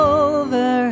over